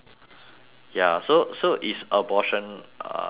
ya so so is abortion uh right